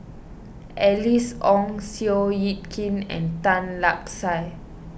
Alice Ong Seow Yit Kin and Tan Lark Sye